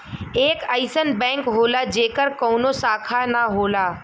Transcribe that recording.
एक अइसन बैंक होला जेकर कउनो शाखा ना होला